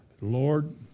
Lord